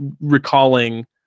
recalling